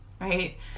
right